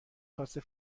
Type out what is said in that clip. خواسته